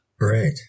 Right